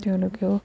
তেওঁলোকেও